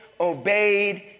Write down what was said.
obeyed